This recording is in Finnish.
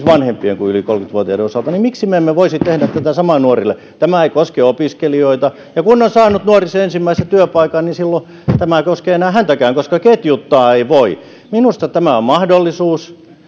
vanhempien kuin kolmekymmentä vuotiaiden pitkäaikaistyöttömien osalta miksi me emme voisi tehdä tätä samaa nuorille tämä ei koske opiskelijoita ja kun nuori on saanut sen ensimmäisen työpaikan niin silloin tämä ei koske enää häntäkään koska ketjuttaa ei voi minusta tämä on mahdollisuus